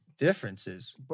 Differences